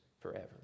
forever